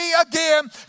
again